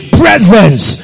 presence